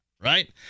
right